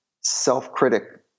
self-critic